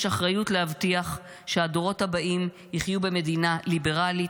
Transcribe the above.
יש אחריות להבטיח שהדורות הבאים יחיו במדינה ליברלית,